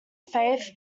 faith